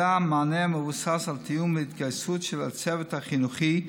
אלא מענה המבוסס על תיאום והתגייסות של הצוות החינוכי,